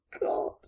god